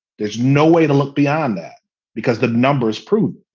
there's no way to look beyond that because the numbers prove.